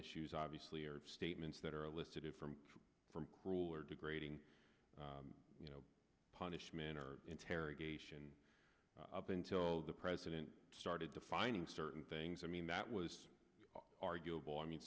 issues obviously are statements that are listed from from cruel or degrading you know punishment or interrogation up until the president started defining certain things i mean that was arguable i mean